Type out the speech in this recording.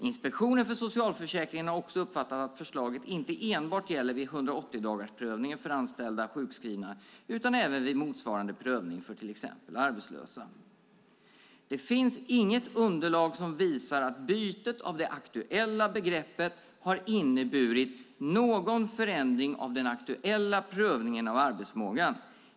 Inspektionen för socialförsäkringen har också uppfattat att förslaget inte enbart gäller vid 180-dagarsprövningen för anställda sjukskrivna utan även vid motsvarande prövning för till exempel arbetslösa. Det finns inget underlag som visar att bytet av det aktuella begreppet har inneburit någon förändring av den aktuella prövningen av arbetsförmågan.